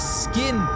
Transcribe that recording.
skin